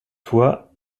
toi